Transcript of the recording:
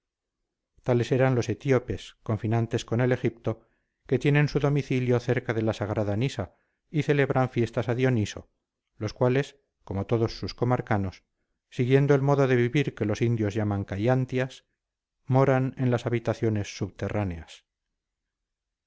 regulares tales eran los etíopes confinantes con el egipto que tienen su domicilio cerca de la sagrada nisa y celebran fiestas a dioniso los cuales como todos sus comarcanos siguiendo el modo de vivir que los indios llamados caiantias moran en las habitaciones subterráneas